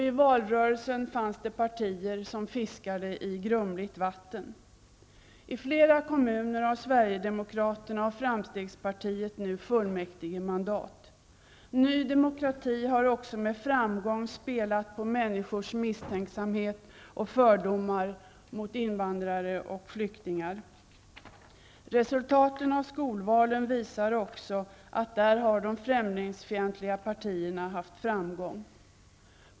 I valrörelsen fanns det partier som fiskade i grumligt vatten. I flera kommuner har Sverigedemokraterna och Framstegspartiet nu fullmäktigemandat. Ny demokrati har också med framgång spelat på människors misstänksamhet och fördomar mot invandrare och flyktingar. Resultaten av skolvalen visar att de främlingsfientliga partierna har haft framgång också där.